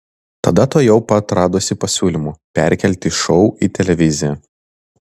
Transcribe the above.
tada tuojau pat radosi pasiūlymų perkelti šou į televiziją